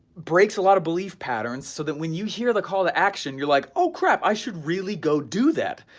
breaks a lot of belief patterns so that when you hear the call to action, you're like oh crap, i should really go do that.